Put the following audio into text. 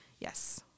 yes